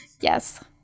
yes